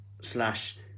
slash